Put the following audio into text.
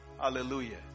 Hallelujah